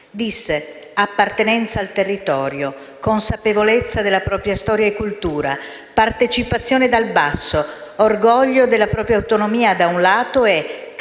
«Appartenenza al territorio, consapevolezza della propria storia e cultura, partecipazione dal basso, orgoglio della propria autonomia, da un lato, e capacità